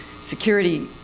security